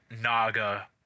Naga